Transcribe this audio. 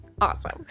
awesome